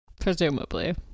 Presumably